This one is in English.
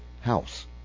house